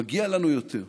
מגיע לנו יותר.